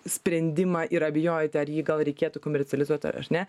sprendimą ir abejojate ar ji gal reikėtų komercializuot aš ne